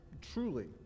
truly